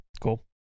Cool